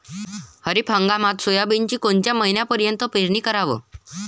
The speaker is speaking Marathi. खरीप हंगामात सोयाबीनची कोनच्या महिन्यापर्यंत पेरनी कराव?